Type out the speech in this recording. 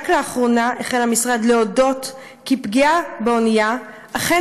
רק לאחרונה החל המשרד להודות כי פגיעה באונייה אכן